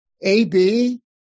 A-B